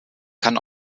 kann